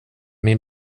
min